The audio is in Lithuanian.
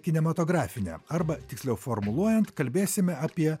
kinematografinę arba tiksliau formuluojant kalbėsime apie